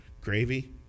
gravy